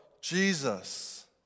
Jesus